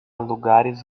lugares